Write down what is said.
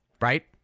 right